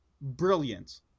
Brilliant